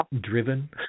driven